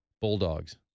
bulldogs